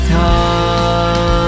time